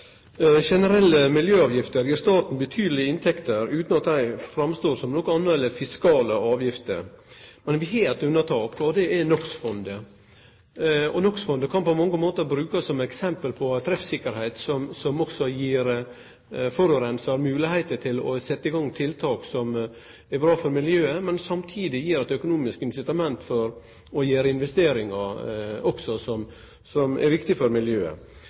Generelle miljøavgifter gir staten betydelege inntekter utan at dei framstår som noko anna enn fiskale avgifter. Men vi har eit unnatak, og det er NOx-fondet. NOx-fondet kan på mange måtar brukast som eit eksempel på treffsikkerheit som gir forureinar moglegheit til å setje i gang tiltak som er bra for miljøet, og samtidig gir eit økonomisk incitament for også å gjere investeringar som er viktige for miljøet.